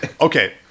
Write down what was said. Okay